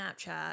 snapchat